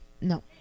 No